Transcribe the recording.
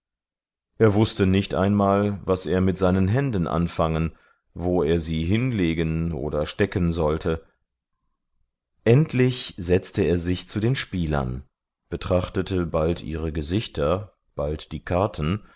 er wußte nicht einmal was er mit seinen händen anfangen wo er sie hinlegen oder stecken sollte endlich setzte er sich zu den spielern betrachtete bald ihre gesichter bald die karten